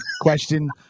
question